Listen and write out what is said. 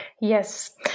Yes